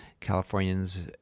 Californians